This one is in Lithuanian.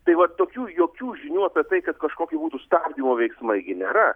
tai va tokių jokių žinių apie tai kad kažkokie būtų stabdymo veiksmai gi nėra